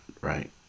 right